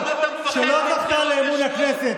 למה אתה מפחד מבחירות ישירות?